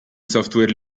software